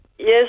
Yes